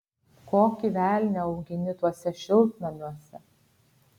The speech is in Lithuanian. kokį velnią augini tuose šiltnamiuose